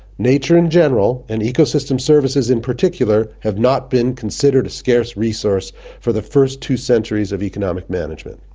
nature in general and ecosystem services in particular have not been considered a scarce resource for the first two centuries of economic management.